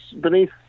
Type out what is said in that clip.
beneath